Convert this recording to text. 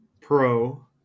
Pro